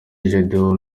gedeon